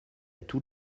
tous